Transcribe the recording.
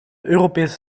europese